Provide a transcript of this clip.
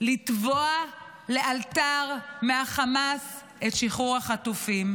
ולתבוע לאלתר מהחמאס את שחרור החטופים.